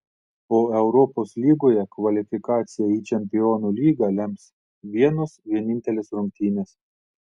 o europos lygoje kvalifikaciją į čempionų lygą lems vienos vienintelės rungtynės